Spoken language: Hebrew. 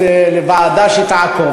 אם הוא ירצה להעביר לוועדה שתעקוב,